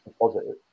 Positive